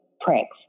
pranks